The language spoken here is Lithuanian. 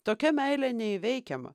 tokia meilė neįveikiama